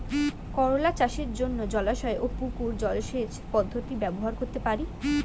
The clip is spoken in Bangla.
করোলা চাষের জন্য জলাশয় ও পুকুর জলসেচ পদ্ধতি ব্যবহার করতে পারি?